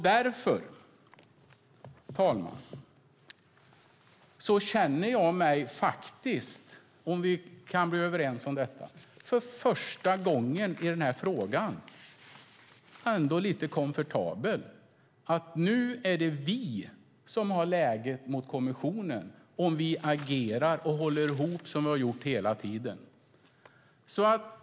Därför, herr talman, känner jag mig för första gången i sammanhanget lite komfortabel - om vi nu kan bli överens om detta. Ifall vi agerar och håller ihop som vi hela tiden gjort är det vi som nu gentemot kommissionen har ett läge.